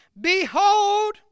Behold